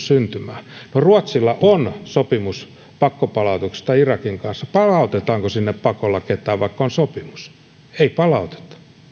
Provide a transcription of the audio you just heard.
syntymään ruotsilla on sopimus pakkopalautuksista irakin kanssa palautetaanko sinne pakolla ketään vaikka on sopimus ei palauteta